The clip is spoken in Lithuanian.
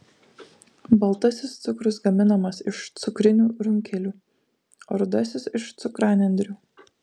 baltasis cukrus gaminamas iš cukrinių runkelių o rudasis iš cukranendrių